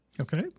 Okay